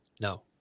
No